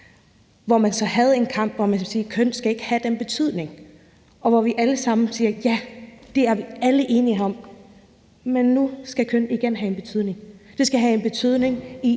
hvor man så havde en kamp for, at man kunne sige, at køn ikke skal have den betydning, og hvor vi alle sammen siger, at ja, det er vi alle enige om. Men nu skal køn igen have en betydning. Det skal have en betydning, i